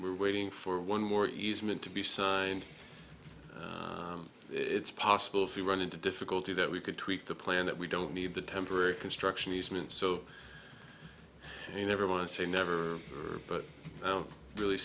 waiting for one more easement to be signed and it's possible if you run into difficulty that we could tweak the plan that we don't need the temporary construction easement so you never want to say never but i don't really